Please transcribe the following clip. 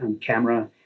camera